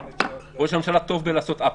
ראש הממשלה טוב בלעשות אפצ'י.